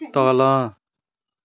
तल